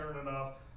enough